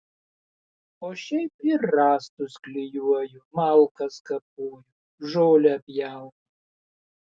o šiaip ir rąstus klijuoju malkas kapoju žolę pjaunu